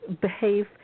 behave